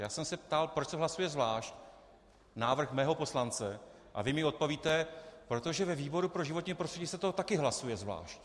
Já jsem se ptal, proč se hlasuje zvlášť návrh mého poslance, a vy mi odpovíte: Protože ve výboru pro životní prostředí se to taky hlasuje zvlášť.